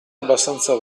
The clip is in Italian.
abbastanza